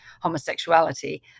homosexuality